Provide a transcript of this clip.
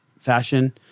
fashion